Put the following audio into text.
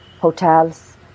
hotels